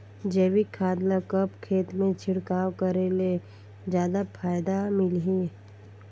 जैविक खाद ल कब खेत मे छिड़काव करे ले जादा फायदा मिलही?